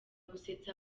gusetsa